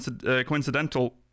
coincidental